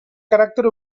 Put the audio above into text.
caràcter